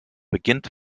beginnt